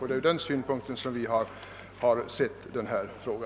Det är från den synpunkten vi har betraktat denna fråga.